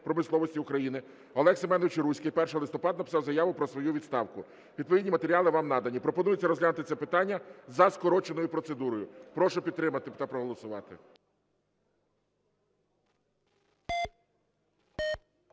Прошу підтримати та проголосувати.